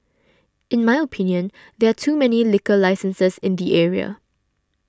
in my opinion there are too many liquor licenses in the area